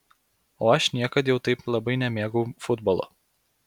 o aš niekad jau taip labai nemėgau futbolo